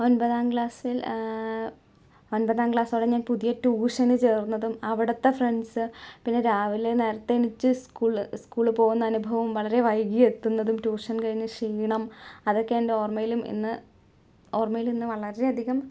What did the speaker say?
ഒൻപതാം ക്ലാസ്സിൽ ഒൻപതാം ക്ലാസ്സോടെ ഞാൻ പുതിയ ടൂഷന് ചേർന്നതും അവിടുത്ത ഫ്രണ്ട്സ് പിന്നെ രാവിലെ നേരത്തെ എണീച്ച് സ്കൂള് സ്കൂളിൽ പോകുന്ന അനുഭവം വളരെ വൈകിയെത്തുന്നതും ട്യൂഷൻ കഴിഞ്ഞ് ക്ഷീണം അതൊക്കെ എൻ്റെ ഓർമയിലും ഇന്ന് ഓർമയിലിന്ന് വളരെയധികം